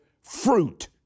fruit